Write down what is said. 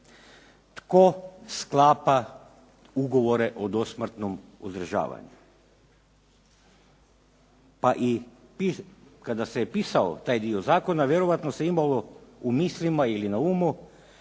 Tko sklapa ugovore o dosmrtnom uzdržavanju? Pa i kada se pisao taj dio zakona vjerojatno se imalo u mislima ili na umu